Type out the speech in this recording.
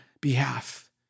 behalf